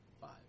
Five